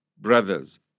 Brothers